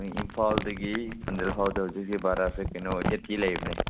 ꯏꯝꯐꯥꯜꯗꯒꯤ ꯐꯥꯎꯕꯒꯤ ꯍꯧꯖꯤꯛ ꯍꯧꯖꯤꯛ ꯕꯔꯥꯁꯦ ꯀꯩꯅꯣ ꯑꯩꯠꯇꯤ ꯂꯩꯕꯅꯦ